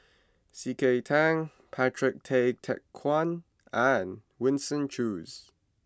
C K Tang Patrick Tay Teck Guan and Winston Choos